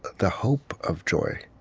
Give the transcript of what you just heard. the hope of joy